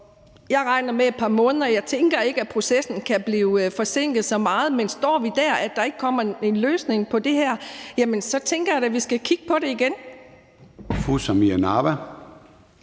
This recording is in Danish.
jeg regner med et par måneder, og jeg tænker ikke, processen kan blive forsinket så meget – og vi står der, og der ikke kommer en løsning på det her, tænker jeg da, at vi skal kigge på det igen.